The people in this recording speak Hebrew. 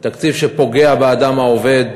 תקציב שפוגע באדם העובד,